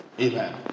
Amen